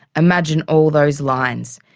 imagine all those lines,